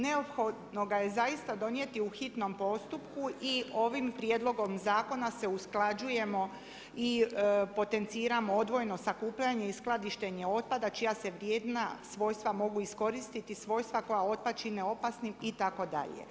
Neophodno ga je zaista donijeti u hitnom postupku i ovim prijedlogom zakona se usklađujemo i potenciramo odvojeno sakupljanje i skladištenje otpada čija se vrijedna svojstva mogu iskoristiti, svojstva koja otpad čine opasnim itd.